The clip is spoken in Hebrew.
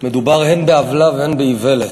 מדובר הן בעוולה והן באיוולת.